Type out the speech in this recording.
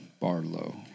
Barlow